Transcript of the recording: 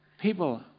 people